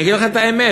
אני אגיד לכם את האמת,